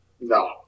No